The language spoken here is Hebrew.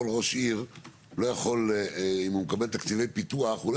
אם ראש עיר מקבל תקציבי פיתוח הוא לא